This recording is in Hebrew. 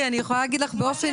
יכולה לומר לך באופן